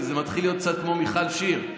כי זה מתחיל להיות קצת כמו מיכל שיר,